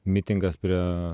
mitingas prie